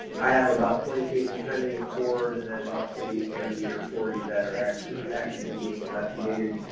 i have about twenty cases pending in court and then roughly thirty or forty that are actually actively being investigated,